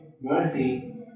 mercy